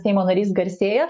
seimo narys garsėja